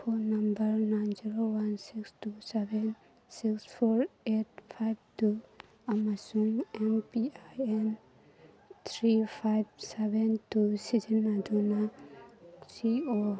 phone number nine zero one six two seven six four eight five two ꯑꯃꯁꯨꯡ M P I N three five seven two ꯁꯤꯖꯤꯟꯅꯗꯨꯅ ꯁꯤ ꯑꯣ